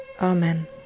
Amen